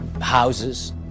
houses